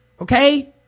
okay